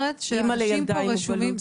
אני שוב אומרת, שאנשים פה רשומים.